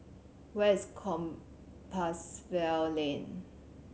where is Compassvale Lane